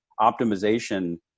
optimization